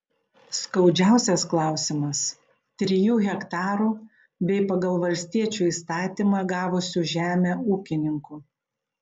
skaudžiausias klausimas trijų hektarų bei pagal valstiečių įstatymą gavusių žemę ūkininkų